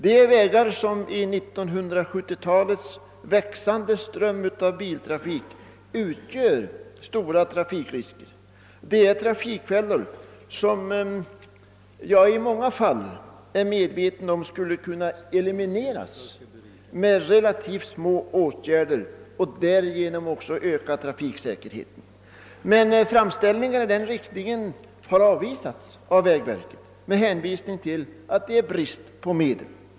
Dessa vägar kommer i 1970-talets växande ström av bilar att utgöra stora risker. De är trafikfällor som i många fall skulle kunna elimineras med relativt små åtgärder, varigenom trafiksäkerheten skulle ökas. Framställningar i denna riktning har emellertid avvisats av vägverket med hänvisning till att det råder brist på medel.